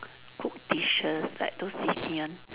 cook dishes like those C_C one